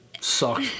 Suck